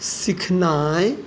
सिखनाइ